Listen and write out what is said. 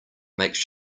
makes